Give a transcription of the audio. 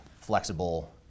flexible